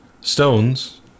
stones